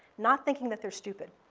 not thinking that they're stupid.